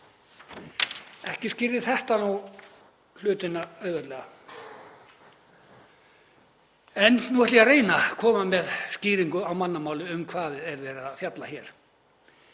Ekki skýrði þetta nú hlutina auðveldlega. En nú ætla ég að reyna að koma með skýringu á mannamáli um hvað er verið að fjalla hér.